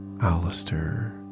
Alistair